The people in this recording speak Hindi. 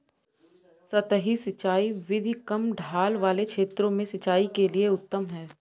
सतही सिंचाई विधि कम ढाल वाले क्षेत्रों में सिंचाई के लिए उत्तम है